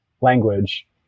language